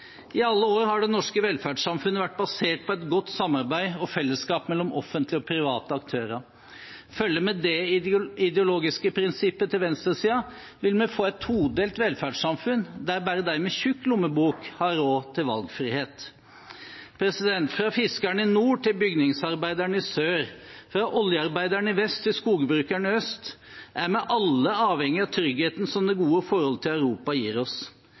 I alle år har det norske velferdssamfunnet vært basert på et godt samarbeid og fellesskap mellom offentlige og private aktører. Følger vi det ideologiske prinsippet til venstresiden, vil vi få et todelt velferdssamfunn der bare de med tjukk lommebok har råd til valgfrihet. Fra fiskeren i nord til bygningsarbeideren i sør, og fra oljearbeideren i vest til skogbrukeren i øst, er vi alle avhengig av tryggheten som det gode forholdet til Europa gir oss.